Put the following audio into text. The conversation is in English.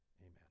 amen